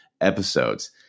episodes